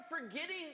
forgetting